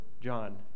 John